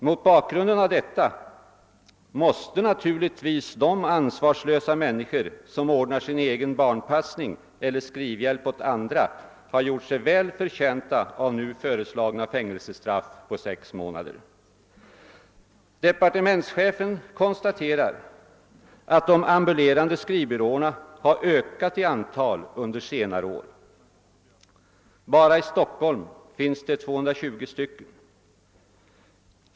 Mot bakgrunden av detta måste naturligtvis de ansvarslösa människor som ordnar sin egen barnpassning eller skrivhjälp åt andra ha gjort sig väl förtjänta av nu föreslagna fängelsestraff på sex månader. Departementschefen konstaterar att de ambulerande skrivbyråerna har ökat i antal under senare år. Enbart i Stockholm finns 220 stycken.